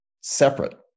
separate